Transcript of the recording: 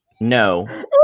No